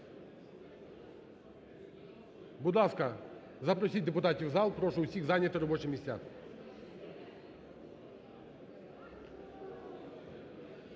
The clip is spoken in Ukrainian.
Будь ласка, запросіть депутатів в зал, прошу всіх зайняти робочі місця.